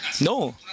No